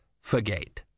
forget